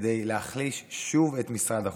כדי להחליש שוב את משרד החוץ.